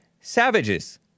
savages